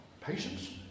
patience